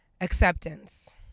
acceptance